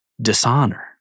Dishonor